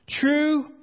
True